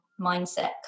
mindset